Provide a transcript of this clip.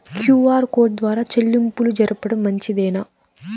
QR code ద్వారా చెల్లింపులు జరపడం మంచిదేనా?